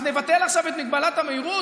אז נבטל עכשיו את מגבלת המהירות?